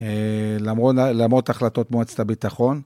למרות החלטות מועצת הביטחון.